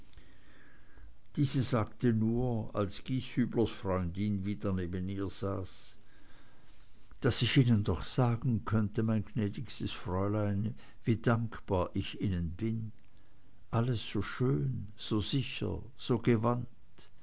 diese sagte nur als gieshüblers freundin wieder neben ihr saß daß ich ihnen doch sagen könnte mein gnädigstes fräulein wie dankbar ich ihnen bin alles so schön so sicher so gewandt